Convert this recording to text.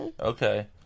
Okay